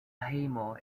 hejmo